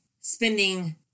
Spending